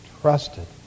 trusted